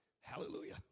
Hallelujah